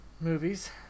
movies